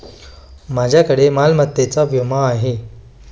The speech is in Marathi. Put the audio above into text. माझ्याकडे मालमत्तेचा विमा आहे